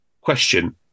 Question